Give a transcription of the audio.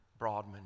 Broadman